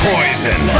Poison